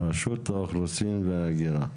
רשות האוכלוסין וההגירה,